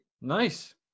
Nice